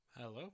Hello